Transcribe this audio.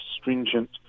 stringent